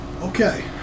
Okay